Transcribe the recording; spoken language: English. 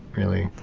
really?